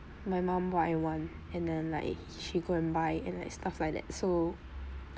my mum what I want and then like she go and buy and like stuff like that so